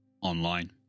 online